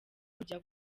kujya